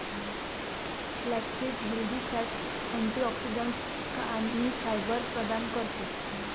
flaxseed healthy fats, antioxidants आणि fibre प्रदान करते